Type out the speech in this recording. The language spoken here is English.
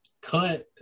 cut